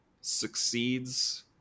succeeds